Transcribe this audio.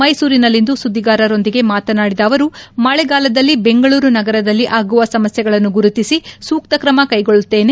ಮೈಸೂರಿನಲ್ಲಿಂದು ಸುದ್ದಿಗಾರರೊಂದಿಗೆ ಮಾತನಾಡಿದ ಅವರು ಮಳೆಗಾಲದಲ್ಲಿ ಬೆಂಗಳೂರು ನಗರದಲ್ಲಿ ಆಗುವ ಸಮಸ್ಯೆಗಳನ್ನು ಗುರುತಿಸಿ ಸೂಕ್ತ ಕ್ರಮ ಕೈಗೊಳ್ಳುತ್ತೇನೆ